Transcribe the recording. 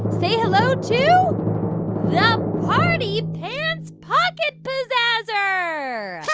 say hello to the party pants pocket pizazzer